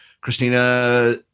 Christina